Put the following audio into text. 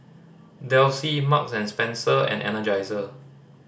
Delsey Marks and Spencer and Energizer